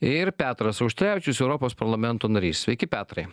ir petras auštrevičius europos parlamento narys sveiki petrai